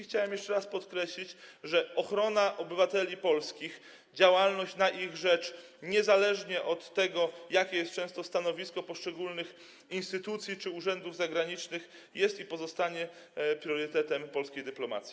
Chciałem jeszcze raz podkreślić, że ochrona obywateli polskich, działalność na ich rzecz, niezależnie od tego, jakie jest często stanowisko poszczególnych instytucji czy urzędów zagranicznych, jest i pozostanie priorytetem polskiej dyplomacji.